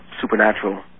supernatural